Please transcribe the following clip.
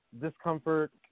discomfort